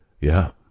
Yeah